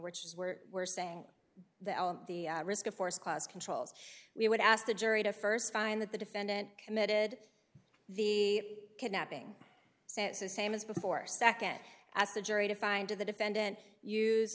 which is where we're saying that the risk of force clause controls we would ask the jury to first find that the defendant committed the kidnapping so the same as before second as the jury to find the defendant